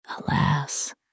Alas